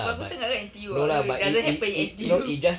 bagus sangat ke N_T_U ah ugh it doesn't happen in N_T_U